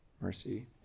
Mercy